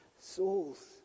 souls